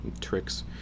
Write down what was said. tricks